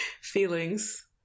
feelings